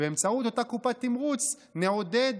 ובאמצעות אותה קופה תמרוץ נעודד